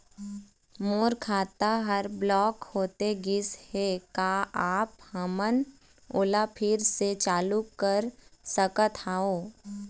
मोर खाता हर ब्लॉक होथे गिस हे, का आप हमन ओला फिर से चालू कर सकत हावे?